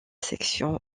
section